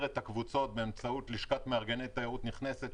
את הקבוצות באמצעות לשכת מארגני תיירות נכנסת,